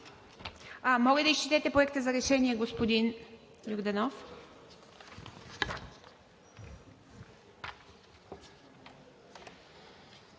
Моля да изчетете Проекта за решение, господин Йорданов.